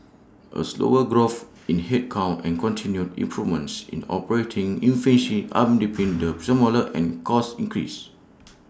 A slower growth in headcount and continued improvements in operating efficiency underpinned the smaller and cost increase